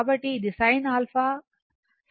కాబట్టి ఇది sin a cos b cos a sin b